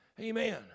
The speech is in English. Amen